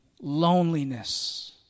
loneliness